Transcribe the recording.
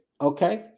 okay